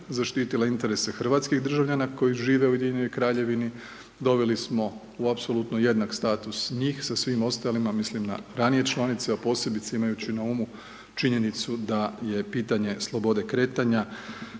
zaštitila interese hrvatskih državljana koji žive u Ujedinjenoj Kraljevini, doveli smo u apsolutno jednak status njih, sa svim ostalima, mislim da na ranije članice, a posebice imajući na umu činjenicu da je pitanje slobode kretanja